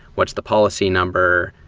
what's the policy number?